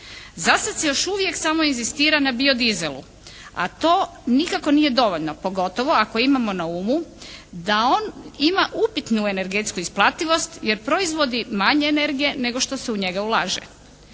Zasad se još uvijek samo inzistira na biodizelu, a to nikako nije dovoljno, pogotovo ako imamo na umu da on ima upitnu energetsku isplativost jer proizvodi manje energije nego što se u njega ulaže.